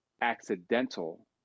accidental